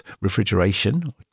Refrigeration